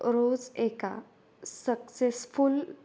रोज एका सक्सेसफुल